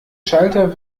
schalter